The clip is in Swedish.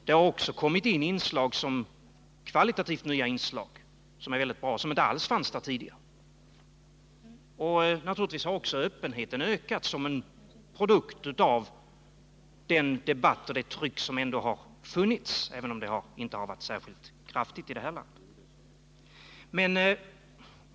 Det finns också kvalitativa inslag, som inte alls förekom tidigare. Naturligtvis har också öppenheten ökat som en produkt av den debatt och det tryck som ändå har funnits, även om det inte har varit särskilt kraftigt i detta land.